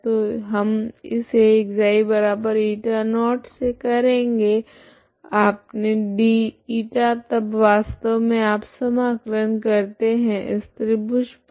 तो हम इसे ξη0 से करेगे अपने dη तब वास्तव मे आप समाकलन करते है इस त्रिभुज पर